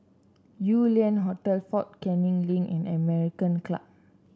Yew Lian Hotel Fort Canning Link and American Club